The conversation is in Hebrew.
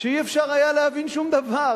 שלא היה אפשר להבין שום דבר.